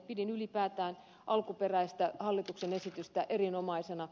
pidin ylipäätään alkuperäistä hallituksen esitystä erinomaisena